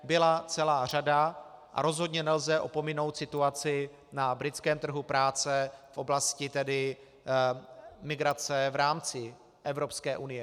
Byla jich celá řada a rozhodně nelze opominout situaci na britském trhu práce v oblasti migrace v rámci Evropské unie.